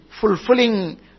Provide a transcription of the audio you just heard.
fulfilling